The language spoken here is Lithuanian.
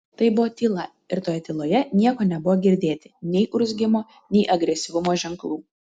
tai buvo tyla ir toje tyloje nieko nebuvo girdėti nei urzgimo nei agresyvumo ženklų